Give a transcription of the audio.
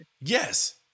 yes